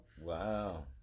Wow